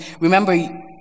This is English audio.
remember